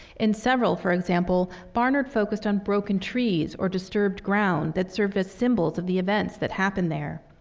in several, for example, barnard focused on broken trees or disturbed ground that serve as symbols of the events that happened there.